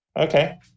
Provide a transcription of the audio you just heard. Okay